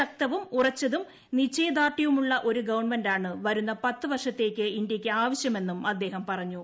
ശക്തവും ഉറച്ചതും നിശ്ചയദാർഢ്യവുമുള്ള ഒരു ഗവൺമെന്റാണ് വരുന്ന പത്ത് വർഷത്തേക്ക് ഇന്ത്യയ്ക്ക് ആവശ്യമെന്ന് അദ്ദേഹം പറഞ്ഞു